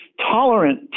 tolerant